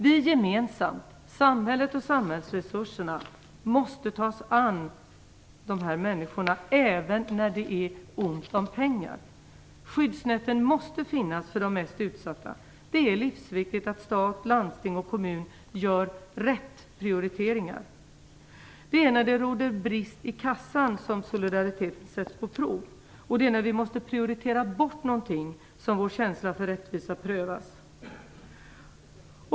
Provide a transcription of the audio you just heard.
Vi gemensamt, samhället och samhällsresurserna, måste ta oss an de här människorna även när det är ont om pengar. Skyddsnäten måste finnas för de mest utsatta. Det är livsviktigt att stat, landsting och kommun gör rätt prioriteringar. Det är när det råder brist i kassan som solidariteten sätts på prov. Det är när vi måste prioritera bort någonting som vår känsla för rättvisa prövas.